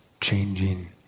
changing